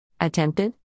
Attempted